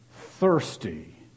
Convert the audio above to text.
thirsty